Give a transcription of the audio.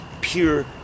pure